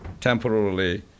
temporarily